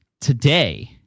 today